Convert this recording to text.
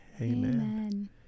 amen